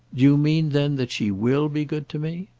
you mean then that she will be good to me?